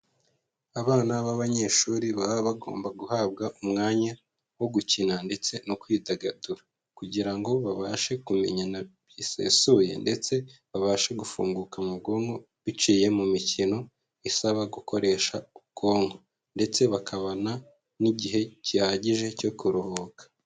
Abana b'abanyeshuri baba bagomba guhabwa umwanya wo gukina ndetse no kwidagadura kugira ngo babashe kumenyana bisesuye, ndetse babashe gufunguka mu bwonko biciye mu mikino isaba gukoresha ubwonko, ndetse bakabona n'igihe gihagije cyo kuruhuka.